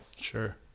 Sure